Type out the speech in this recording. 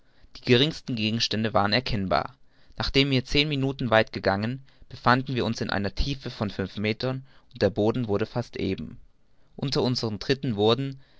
die geringsten gegenstände waren erkennbar nachdem wir zehn minuten weit gegangen befanden wir uns in einer tiefe von fünf meter und der boden wurde fast eben unter unsern tritten wurden